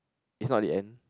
its not the end